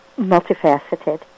multifaceted